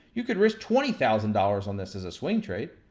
you could risk twenty thousand dollars on this as a swing trade.